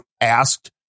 asked